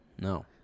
no